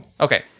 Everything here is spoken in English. Okay